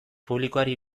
publikoari